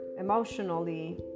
emotionally